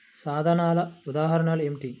సాధనాల ఉదాహరణలు ఏమిటీ?